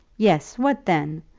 yes what then?